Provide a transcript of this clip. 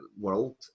world